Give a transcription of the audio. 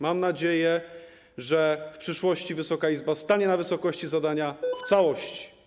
Mam nadzieję, że w przyszłości Wysoka Izba stanie na wysokości zadania w całości.